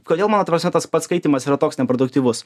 kodėl man ta prasme tas pats skaitymas yra toks neproduktyvus